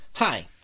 Hi